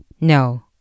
no